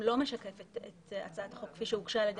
משקפת את הצעת החוק כפי שהוגשה על ידי